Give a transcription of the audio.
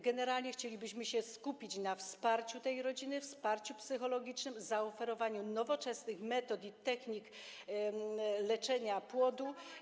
Generalnie chcielibyśmy się skupić na wsparciu takiej rodziny, wsparciu psychologicznym, zaoferowaniu nowoczesnych metod i technik leczenia płodu.